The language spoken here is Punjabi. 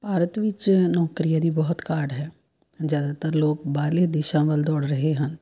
ਭਾਰਤ ਵਿੱਚ ਨੌਕਰੀਆਂ ਦੀ ਬਹੁਤ ਘਾਟ ਹੈ ਜ਼ਿਆਦਾਤਰ ਲੋਕ ਬਾਹਰਲੇ ਦੇਸ਼ਾਂ ਵੱਲ ਦੌੜ ਰਹੇ ਹਨ